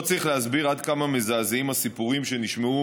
לא צריך להסביר עד כמה מזעזעים הסיפורים שנשמעו